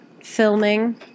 filming